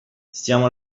stiamo